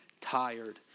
tired